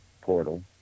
portal